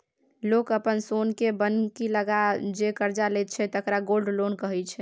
लोक अपन सोनकेँ बन्हकी लगाए जे करजा लैत छै तकरा गोल्ड लोन कहै छै